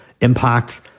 impact